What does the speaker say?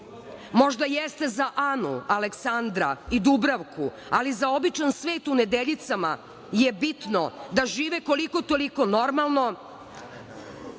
Možda jeste za Anu, Aleksandra i Dubravku, ali za običan svet u Nedeljicama je bitno da žive koliko toliko normalno,